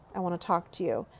i want to talk to you.